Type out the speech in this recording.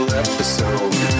episode